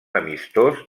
amistós